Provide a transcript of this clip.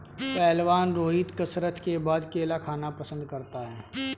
पहलवान रोहित कसरत के बाद केला खाना पसंद करता है